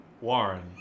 Warren